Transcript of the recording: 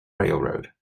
railroad